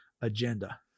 agenda